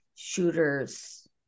shooters